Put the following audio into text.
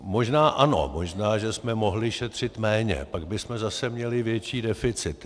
Možná ano, možná že jsme mohli šetřit méně, pak bychom zase měli větší deficity.